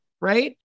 right